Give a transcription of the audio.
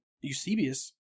Eusebius